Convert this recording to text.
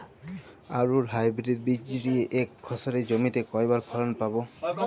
আলুর হাইব্রিড বীজ দিয়ে এক ফসলী জমিতে কয়বার ফলন পাব?